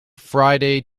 friday